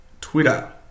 Twitter